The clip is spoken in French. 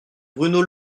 bruno